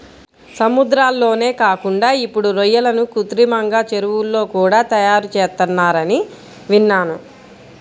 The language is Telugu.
సముద్రాల్లోనే కాకుండా ఇప్పుడు రొయ్యలను కృత్రిమంగా చెరువుల్లో కూడా తయారుచేత్తన్నారని విన్నాను